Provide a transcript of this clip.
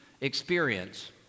experience